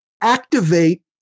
activate